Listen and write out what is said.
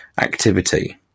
activity